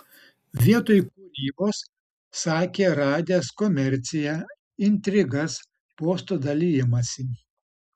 vietoj kūrybos sakė radęs komerciją intrigas postų dalijimąsi